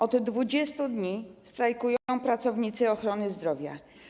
Od 20 dni strajkują pracownicy ochrony zdrowia.